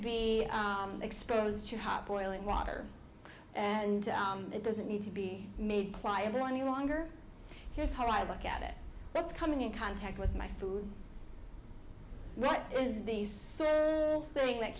be exposed to hot boiling water and it doesn't need to be made pliable any longer here's how i look at it that's coming in contact with my food what is the thing that